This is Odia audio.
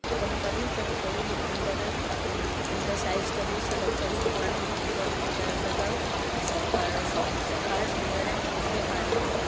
ଉତ୍ପନ୍ନ କରି ସେ ସବୁ କୁଣ୍ଡରେ କୁଣ୍ଡ ସାଇଜ କରି ସେ ଗଛକୁ ସବୁ ଆଣି କରି କୁଣ୍ଡରେ ଲଗାଇ ଲଗାଉ ସକାଳେ ସକାଳେ ସନ୍ଧ୍ୟାରେ ଟିକିଏ ଟିକିଏ ପାଣି ଦେଉ